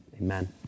Amen